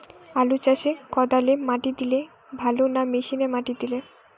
আলু চাষে কদালে মাটি দিলে ভালো না মেশিনে মাটি দিলে?